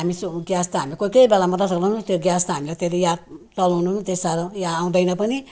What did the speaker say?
हामी सु ग्यास त हामी कोही कोही बेला मात्रै चलाउनु त्यो ग्यास त हामीलाई त्यति याद चलाउनु त्यति साह्रो याद आउँदैन पनि